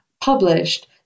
published